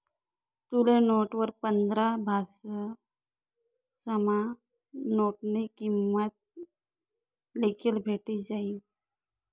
तुले नोटवर पंधरा भाषासमा नोटनी किंमत लिखेल भेटी जायी